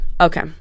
Okay